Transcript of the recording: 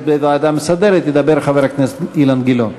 בוועדה המסדרת ידבר חבר הכנסת אילן גילאון.